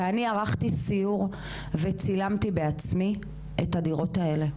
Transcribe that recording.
ואני ערכתי סיור וצילמתי בעצמי את הדירות האלה.